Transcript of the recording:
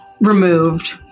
removed